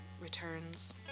returns